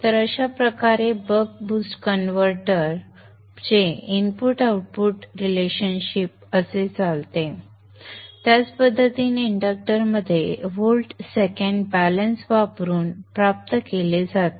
तर अशा प्रकारे buck boost converter buck boost कन्व्हर्टरचे इनपुट आउटपुट संबंध कसे चालवते त्याच पद्धतीने इंडक्टरमध्ये व्होल्ट सेकंड बॅलन्स वापरून प्राप्त केले जाते